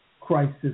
crisis